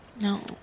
no